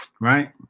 right